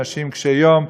אנשים קשי-יום,